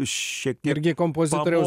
jis šiek tiek irgi kompozitoriaus